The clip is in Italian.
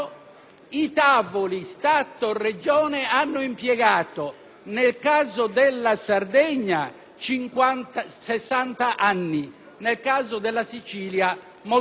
nel caso della Sardegna 60 anni, nel caso della Sicilia molto di meno, 59.